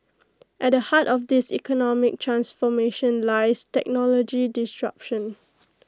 at the heart of this economic transformation lies technology disruption